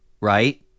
right